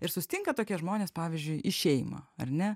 ir susitinka tokie žmonės pavyzdžiui į šeimą ar ne